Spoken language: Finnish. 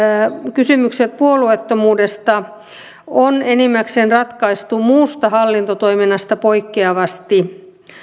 kysymykset puolueettomuudesta on enimmäkseen ratkaistu muusta hallintotoiminnasta poikkeavasti